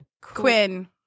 Quinn